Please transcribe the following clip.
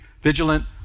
vigilant